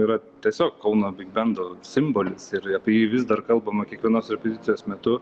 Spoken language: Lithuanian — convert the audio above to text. yra tiesiog kauno bigbendo simbolis ir apie jį vis dar kalbama kiekvienos repeticijos metu